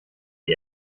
die